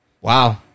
Wow